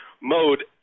mode